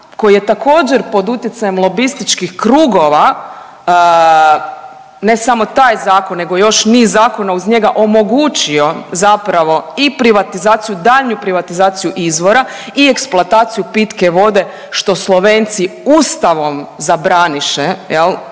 koji je također, pod utjecajem lobističkih krugova ne samo taj zakon nego još niz zakona uz njega, omogućio zapravo i privatizaciju, daljnju privatizaciju izvora i eksploataciju pitke vode što Slovenci Ustavom zabraniše,